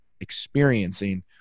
experiencing